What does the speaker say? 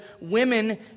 women